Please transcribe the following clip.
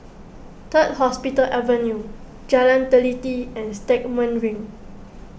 Third Hospital Avenue Jalan Teliti and Stagmont Ring